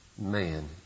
Man